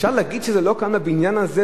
אפשר להגיד שזה לא קם בבניין הזה?